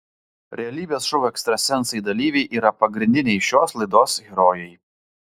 realybės šou ekstrasensai dalyviai yra pagrindiniai šios laidos herojai